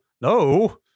no